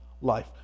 life